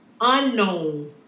unknown